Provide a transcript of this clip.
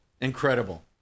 Incredible